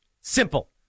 Simple